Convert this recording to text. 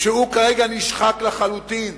שהוא כרגע נשחק לחלוטין,